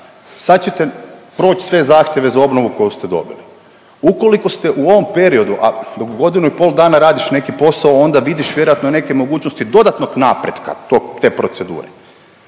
sad ćete proć sve zahtjeve za obnovu koju ste dobili, ukoliko ste u ovom periodu, a dok godinu i pol dana radiš neki posao onda vidiš vjerojatno i neke mogućnosti dodatnog napretka tog, te procedure.